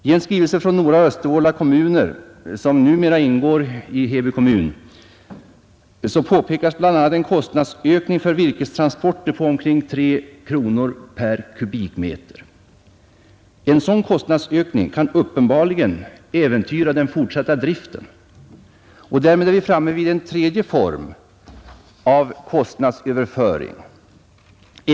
I en skrivelse från Nora och Östervåla kommuner som numera ingår i Heby kommun påpekas bl.a. en kostnadsökning för virkestransporter på omkring 3 kronor per kubikmeter. En sådan kostnadsökning kan uppenbarligen äventyra den fortsatta driften. Därmed är vi framme vid en tredje form av kostnadsöverföring.